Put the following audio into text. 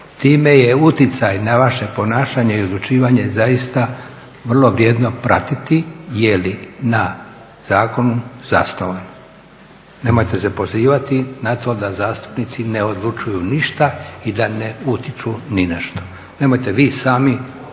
Time je utjecaj na vaše ponašanje i odlučivanje zaista vrlo vrijedno pratiti jer je na zakonu zasnovan. Nemojte se pozivati na to da zastupnici ne odlučuju ništa i da ne utječu ni na što. Nemojte vi sami